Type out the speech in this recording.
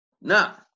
Now